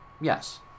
yes